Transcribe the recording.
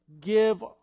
give